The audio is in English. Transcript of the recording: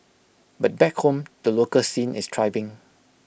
but back home the local scene is thriving